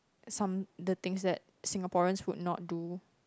some the things that Singaporeans would not do